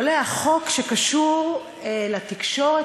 עולה החוק שקשור לתקשורת,